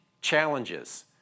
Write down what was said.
challenges